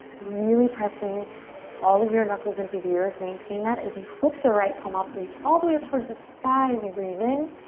really pressing all of your knuckles into the earth. maintain that as you flip the right palm up. reach all the way up towards the sky as you breathe in.